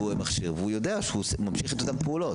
והוא יודע שהוא ממשיך אותן פעולות.